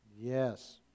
Yes